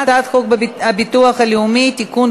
הצעת חוק החולה הנוטה למות (תיקון,